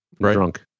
drunk